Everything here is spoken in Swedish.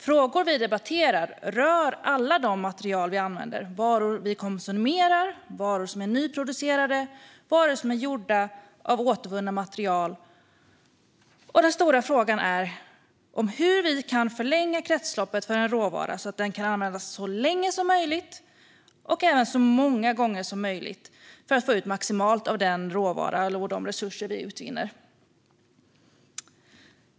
Frågor vi debatterar rör alla de material vi använder, varor vi konsumerar, varor som är nyproducerade och varor som är gjorda av återvunna material. Den stora frågan är hur vi kan förlänga kretsloppet för en råvara så att den kan användas så länge och så många gånger som möjligt för att vi ska få ut maximalt av en råvara och de resurser vi utvinner.